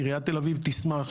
תראו,